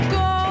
go